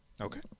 Okay